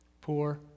poor